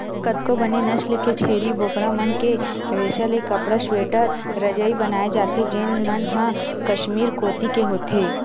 कतको बने नसल के छेरी बोकरा मन के रेसा ले कपड़ा, स्वेटर, रजई बनाए जाथे जेन मन ह कस्मीर कोती के होथे